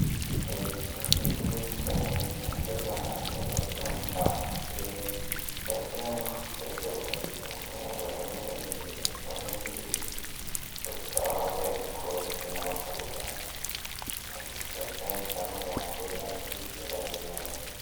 Icyapa kinini cyane gihagaze ahantu bakimanitse ahantu mu kirere kikaba kiriho amafoto y'abagabo babibiri umugabo umwe uri imbere hakaba n'undi uri inyuma, bose bakaba bambaye amakoti n'amakaruvati, icyapa kikaba cyanditseho amagambo yandikishijwe ibara ry'umweru.